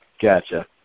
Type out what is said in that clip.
Gotcha